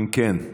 אם כן,